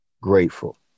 grateful